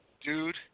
dude